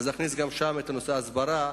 להכניס גם שם את נושא ההסברה.